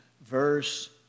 verse